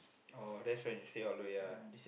oh that's why you say all those ya